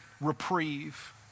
reprieve